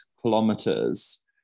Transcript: kilometers